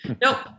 Nope